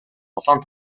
улаан